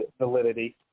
validity